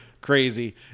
crazy